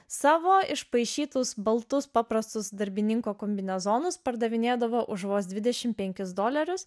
savo išpaišytus baltus paprastus darbininko kombinezonus pardavinėdavo už vos dvidešimt penkis dolerius